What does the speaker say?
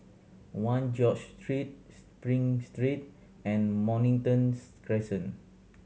One George Street Spring Street and Morningtons rescent